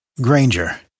Granger